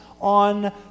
on